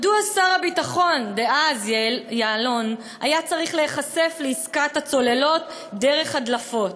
מדוע שר הביטחון דאז יעלון היה צריך להיחשף לעסקת הצוללות דרך הדלפות?